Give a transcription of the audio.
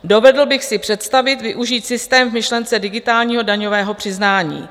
Dovedl bych si představit využít systém v myšlence digitálního daňového přiznání.